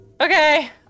Okay